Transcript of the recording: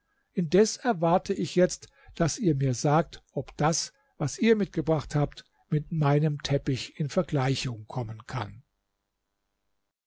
indes erwarte ich jetzt daß ihr mir sagt ob das was ihr mitgebracht habt mit meinem teppich in vergleichung kommen kann